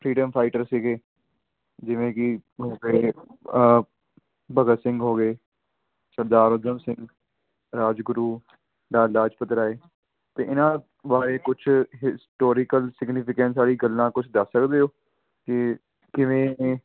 freedom fighter ਸੀਗੇ ਜਿਵੇਂ ਕਿ ਹੋ ਗਏ ਭਗਤ ਸਿੰਘ ਹੋ ਗਏ ਸਰਦਾਰ ਊਧਮ ਸਿੰਘ ਰਾਜਗੁਰੂ ਲਾਲਾ ਲਾਜਪਤ ਰਾਏ ਅਤੇ ਇਹਨਾਂ ਬਾਰੇ ਕੁਛ ਹਿਸਟੋਰੀਕਲ ਸਿਗਨੀਫਿਕੈਂਸ ਵਾਲੀ ਗੱਲਾਂ ਕੁਛ ਦੱਸ ਸਕਦੇ ਹੋ ਕਿ ਕਿਵੇਂ